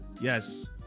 Yes